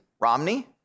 Romney